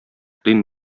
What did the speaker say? дин